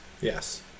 Yes